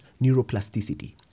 neuroplasticity